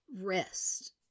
rest